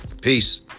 Peace